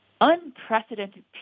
unprecedented